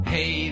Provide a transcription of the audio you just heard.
Hey